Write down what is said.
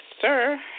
sir